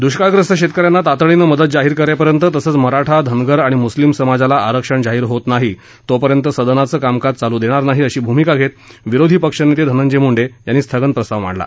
दुष्काळग्रस्त शेतकऱ्यांना तातडीनं मदत जाहीर करेपर्यंत तसंच मराठा धनगर आणि मुस्लिम समाजाला आरक्षण जाहीर होत नाही तोपर्यंत सदनाचं कामकाज चालू देणार नाही अशी भूमिका घेत विरोधी पक्षनेते धनंजय मुंडे यांनी स्थगन प्रस्ताव मांडला